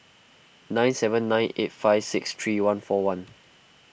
nine seven nine eight five six three one four one